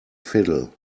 fiddle